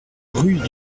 rue